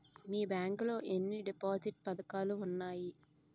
మీ bank లో ఎన్ని deposit పథకాలు ఉన్నాయి?